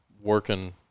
working